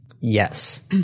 yes